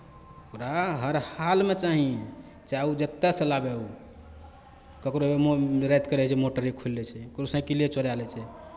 ओकरा हर हालमे चाही चाहे ओ जतयसँ लाबय ओ ककरो मो रातिकेँ रहै छै मोटरे खोलि लै छै कोइ साइकिले चोरा लै छै